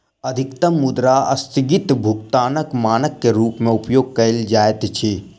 अधिकतम मुद्रा अस्थगित भुगतानक मानक के रूप में उपयोग कयल जाइत अछि